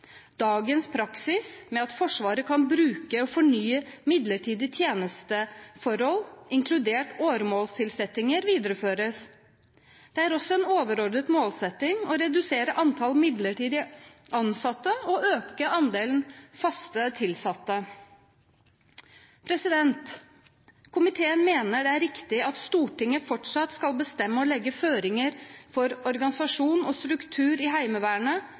Dagens praksis med at Forsvaret kan bruke og fornye midlertidige tjenesteforhold inkludert åremålstilsettinger, videreføres. Det er også en overordnet målsetting å redusere antall midlertidig ansatte og øke andelen faste tilsatte. Komiteen mener det er riktig at Stortinget fortsatt skal bestemme og legge føringer for organisasjon og struktur i Heimevernet